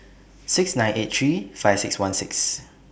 six nine eight three five six one six